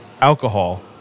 alcohol